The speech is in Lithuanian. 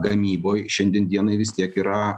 gamyboj šiandien dienai vis tiek yra